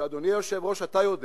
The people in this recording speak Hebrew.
שאדוני היושב-ראש, אתה יודע